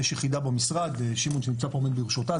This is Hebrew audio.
יש יחידה במשרד ושמעון שנמצא כאן עומד בראשותה,